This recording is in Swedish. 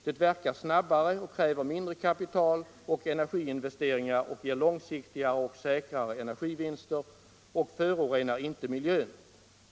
Det verkar snabbare och kräver mindre kapitaloch energiinvesteringar och ger långsiktigare och säkrare energivinster och förorenar inte miljön.